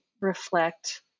reflect